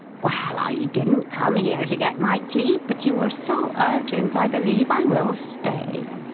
well, i didn't come here to get my tea, but you are so urgent, i believe i will stay.